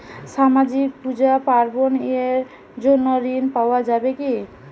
সামাজিক পূজা পার্বণ এর জন্য ঋণ পাওয়া যাবে কি?